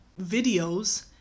videos